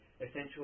essentially